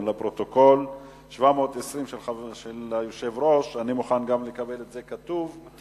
רצוני לשאול: 1. מדוע לא נכלל טוען שרעי